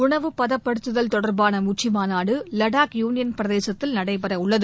உணவு பதப்படுத்துதல் தொடா்பான உச்சி மாநாடு லடாக் யுனியன் பிரதேசத்தில் நடைபெறவுள்ளது